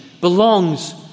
belongs